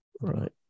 right